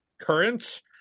currents